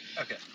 Okay